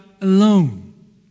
alone